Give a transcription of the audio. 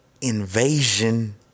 invasion